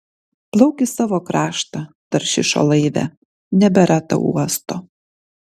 plauk į savo kraštą taršišo laive nebėra tau uosto